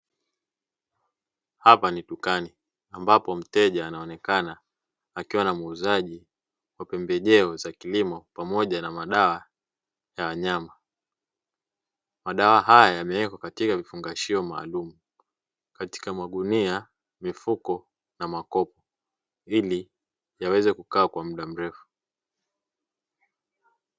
Hapa ni dukani ambapo mteja anaonekana akiwa na muuzaji wa pembejeo za kilimo pamoja na madawa ya wanyama, madawa haya yamewekwa katika vifungashio maalumu katika magunia, mifuko na makopo ili yaweze kukaa kwa muda mrefu.